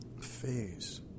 Phase